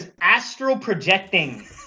astral-projecting